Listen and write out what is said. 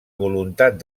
voluntat